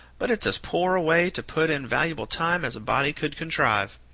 but it's as poor a way to put in valuable time as a body could contrive.